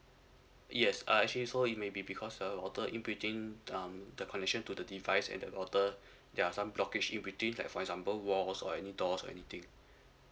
yes uh actually so it may be because of router inputting um the connection to the device and the router there are some blockage in between like for example walls or any doors or anything